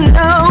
no